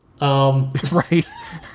Right